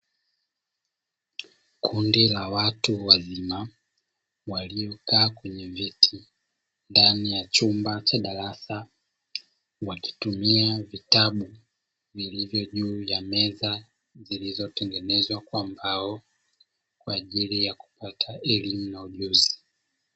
Kundi la watu wazima waliokaa kwenye viti ndani ya chumba cha darasa, wakitumia vitabu vilivyo juu ya meza zilizotengenezwa kwa mbao, kwa ajili ya kupata elimu na ujuzi.